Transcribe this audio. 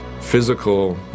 Physical